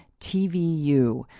TVU